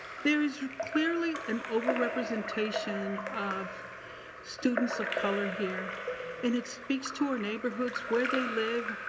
there is clearly an over representation of students of color here and it speaks to our neighborhoods, where they live,